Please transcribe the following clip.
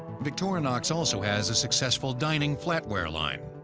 victorinox also has a successful dining flatware line.